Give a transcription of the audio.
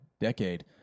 decade